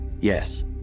Yes